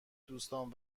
دوستام